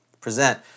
present